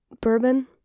bourbon